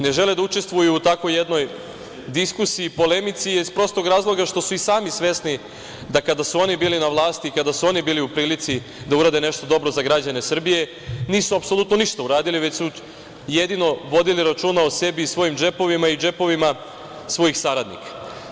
Ne žele da učestvuju u takvoj jednoj diskusiji i polemici, iz prostog razloga što su i sami svesni da kada su oni bili na vlasti, kada su oni bili u prilici da urade nešto dobro za građane Srbije, nisu apsolutno ništa uradili, već su jedino vodili računa o sebi i svojim džepovima i džepovima svojih saradnika.